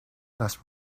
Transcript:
las